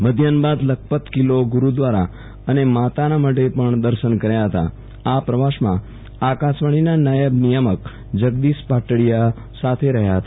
મધ્યાહન બાદ લખપત કિલ્લો ગુરુદ્વારા અને માતાનામઢે પણ દર્શન કર્યા હતા આ પ્રવાસમાં આકાશવાણીના નાયબ નિયામક જગદીશ પાટીડીયા સાથે રહ્યા હતા